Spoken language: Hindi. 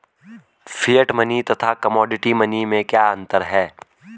फिएट मनी तथा कमोडिटी मनी में क्या अंतर है?